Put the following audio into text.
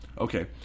Okay